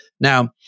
Now